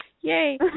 Yay